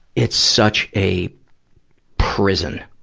it's such a prison.